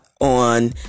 on